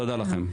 תולדה רבה לכם.